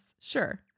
Sure